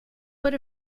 what